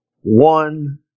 one